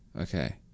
okay